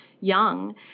young